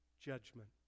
judgment